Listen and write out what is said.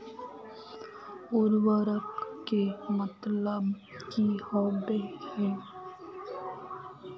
उर्वरक के मतलब की होबे है?